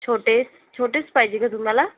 छोटे छोटेच पाहिजे ग तुम्हाला